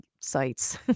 sites